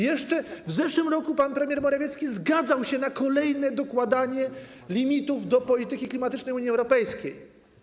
Jeszcze w zeszłym roku pan premier Morawiecki zgadzał się na kolejne dokładanie limitów do polityki klimatycznej Unii Europejskiej.